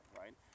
right